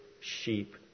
sheep